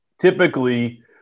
Typically